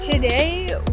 Today